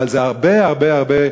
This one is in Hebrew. אבל זה הרבה הרבה הרבה,